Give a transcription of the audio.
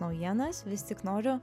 naujienas vis tik noriu